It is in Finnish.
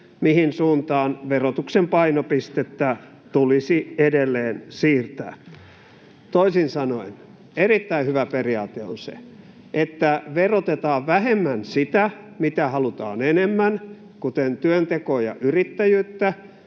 mihin suuntaan verotuksen painopistettä tulisi edelleen siirtää. Toisin sanoen erittäin hyvä periaate on se, että verotetaan vähemmän sitä, mitä halutaan enemmän, kuten työntekoa ja yrittäjyyttä,